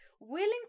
willing